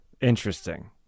Interesting